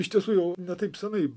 iš tiesų jau ne taip senai